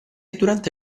durante